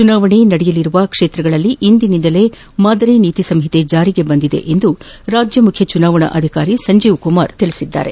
ಚುನಾವಣೆ ನಡೆಯಲಿರುವ ಕ್ಷೇತ್ರಗಳಲ್ಲಿ ಇಂದಿನಿಂದ ಮಾದರಿ ನೀತಿ ಸಂಹಿತೆ ಜಾರಿಗೆ ಬರಲಿದೆ ಎಂದು ರಾಜ್ಯ ಮುಖ್ಯ ಚುನಾವಣಾಧಿಕಾರಿ ಸಂಜೀವ್ ಕುಮಾರ್ ತಿಳಿಸಿದ್ದಾರೆ